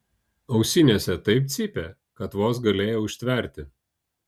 ausinėse taip cypė kad vos galėjau ištverti